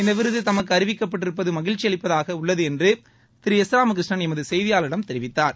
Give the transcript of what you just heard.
இந்த விருது தமக்கு அறிவிக்கப்பட்டிருப்பது மகிழ்ச்சியளிப்பதாக உள்ளது என்று திரு ராமகிருஷ்ணன் எமது செய்தியாளரிடம் தெரிவித்தார்